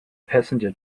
passenger